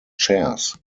chairs